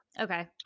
Okay